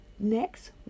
next